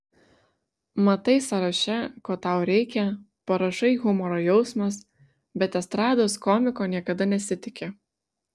matai sąraše ko tau reikia parašai humoro jausmas bet estrados komiko niekada nesitiki